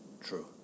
True